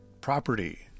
Property